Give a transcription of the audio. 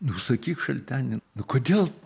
nu sakyk šalteni nu kodėl